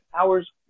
hours